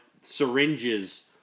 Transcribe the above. syringes